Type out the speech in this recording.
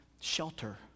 shelter